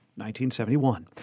1971